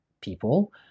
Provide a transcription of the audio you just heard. people